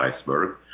iceberg